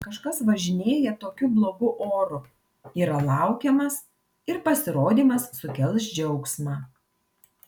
kažkas važinėja tokiu blogu oru yra laukiamas ir pasirodymas sukels džiaugsmą